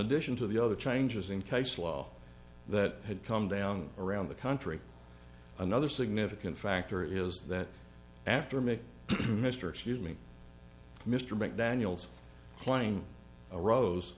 addition to the other changes in case law that had come down around the country another significant factor is that after make mr excuse me mr mcdaniels claim arose